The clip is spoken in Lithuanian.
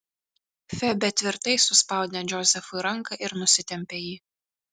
febė tvirtai suspaudė džozefui ranką ir nusitempė jį